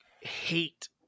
hate